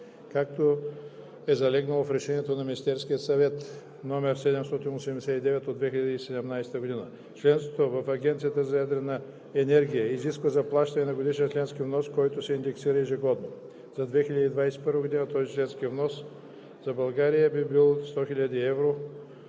както е залегнало в Решението на Министерския съвет № 789 от 2017 г. Членството в Агенцията за ядрена енергия изисква заплащане на годишен членски внос, който се индексира ежегодно. За 2021 г. този членски внос за България би бил 100 000 евро